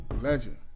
legend